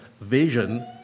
vision